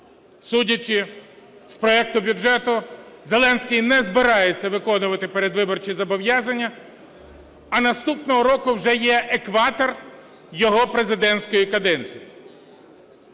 Судячи з проекту бюджету, Зеленський не збирається виконувати передвиборчі зобов'язання, а наступного року вже є екватор його президентської каденції.